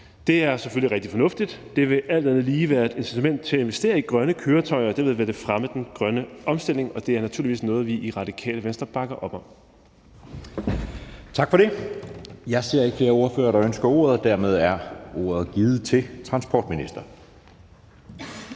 Det er selvfølgelig rigtig fornuftigt. Det vil alt andet lige være et incitament til at investere i grønne køretøjer, og dermed vil det fremme den grønne omstilling. Og det er naturligvis noget, vi i Radikale Venstre bakker op om. Kl. 10:42 Anden næstformand (Jeppe Søe): Tak for det. Jeg ser ikke flere ordførere, der ønsker ordet. Og dermed er ordet givet til transportministeren.